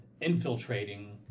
infiltrating